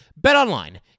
BetOnline